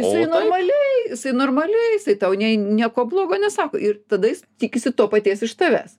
jisai normaliai jisai normaliai jisai tau nei nieko blogo nesako ir tada jis tikisi to paties iš tavęs